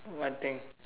what thing